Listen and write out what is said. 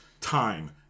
time